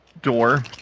door